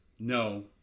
No